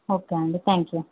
okay అండి thank you